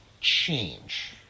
Change